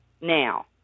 Now